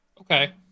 Okay